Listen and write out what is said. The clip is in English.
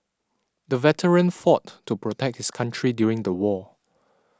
the veteran fought to protect his country during the war